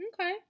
Okay